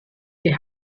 die